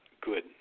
good